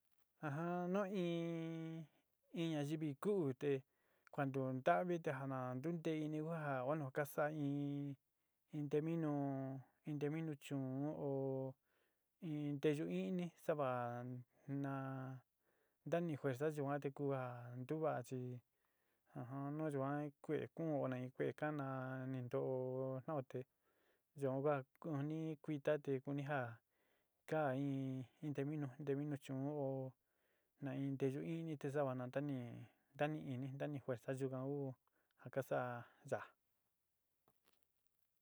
Ajamm nu in in ñayivi ku'u te kua ntoó ntavi te jana ntutee ini ku ja nueno ka saa in nteé minu nteé minu chu'un ó in nteyu íni saavaá na ntani fuerza yuan te ku a ntuva chi nu yuan kue kuun kue kana ni nto'ó jao te yuan ku ja kuita te kunija kaá in nteé minu, nté minu chu'ún oó na in nteyu ini te nava ntanii ntani ini, ntani fuerza yukan ku ja ka sa'a yaa.